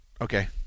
Okay